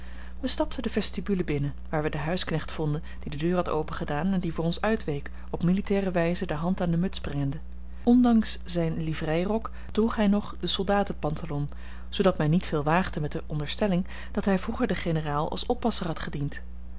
wij stapten de vestibule binnen waar wij den huisknecht vonden die de deur had opengedaan en die voor ons uitweek op militaire wijze de hand aan de muts brengende ondanks zijn livreirok droeg hij nog de soldatenpantalon zoodat men niet veel waagde met de onderstelling dat hij vroeger den generaal als oppasser had gediend